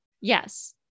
Yes